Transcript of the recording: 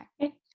Okay